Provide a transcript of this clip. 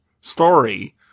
story